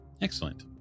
Excellent